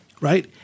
right